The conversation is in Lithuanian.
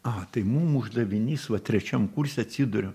a tai mum uždavinys va trečiam kurse atsiduriu